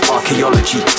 Archaeology